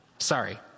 sorry